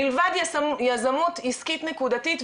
מלבד יזמות עסקית נקודתית,